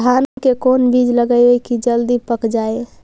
धान के कोन बिज लगईयै कि जल्दी पक जाए?